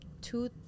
two